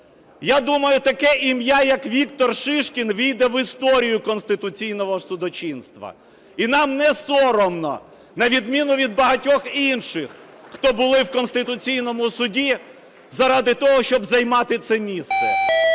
Я думаю, таке ім'я як Віктор Шишкін ввійде в історію конституційного судочинства. І нам не соромно, на відміну від багатьох інших, хто були в Конституційному Суді заради того, щоб займати це місце.